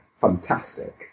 fantastic